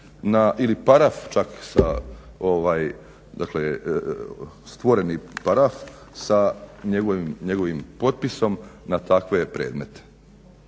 ili paraf čak sa, dakle stvoreni paraf sa njegovim potpisom na takve predmete.